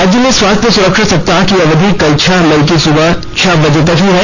राज्य में स्वास्थ्य सुरक्षा सप्ताह की अवधि कल छह मई की सुबह छह बजे तक ही है